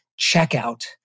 checkout